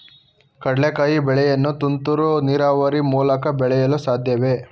ಕಡ್ಲೆಕಾಯಿ ಬೆಳೆಯನ್ನು ತುಂತುರು ನೀರಾವರಿ ಮೂಲಕ ಬೆಳೆಯಲು ಸಾಧ್ಯವೇ?